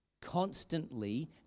constantly